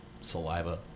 saliva